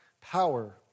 power